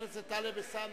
חבר הכנסת טלב אלסאנע,